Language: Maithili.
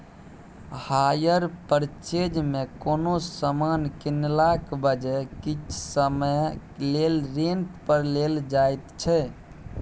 हायर परचेज मे कोनो समान कीनलाक बजाय किछ समय लेल रेंट पर लेल जाएत छै